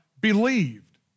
believed